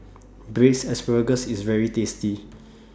Braised Asparagus IS very tasty